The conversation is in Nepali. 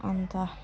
अन्त